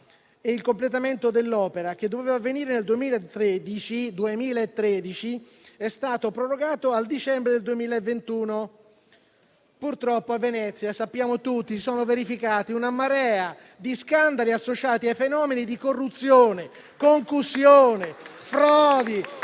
Il completamento dell'opera, che sarebbe dovuto avvenire nel 2013, è stato prorogato al dicembre del 2021. Purtroppo, a Venezia, sappiamo tutti che si sono verificati una marea di scandali associati a fenomeni di corruzione, concussione, frodi